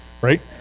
right